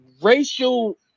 racial